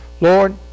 Lord